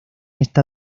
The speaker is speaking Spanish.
esta